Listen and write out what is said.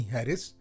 Harris